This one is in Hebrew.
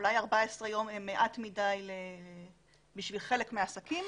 אולי 14 ימים הם מעט מדי בשביל חלק מהעסקים